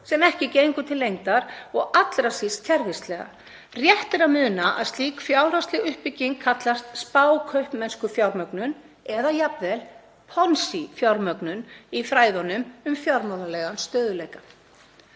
sem ekki gengur til lengdar og allra síst kerfislega. Rétt er að muna að slík fjárhagsleg uppbygging kallast spákaupmennskufjármögnun eða jafnvel Ponzi-fjármögnun í fræðunum um fjármálalegan stöðugleika.